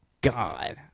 God